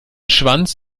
schwanz